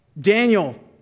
Daniel